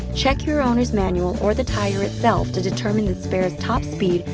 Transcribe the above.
check your owner's manual or the tire itself to determine the spare's top speed,